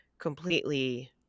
completely